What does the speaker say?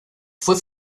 fue